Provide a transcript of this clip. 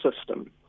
system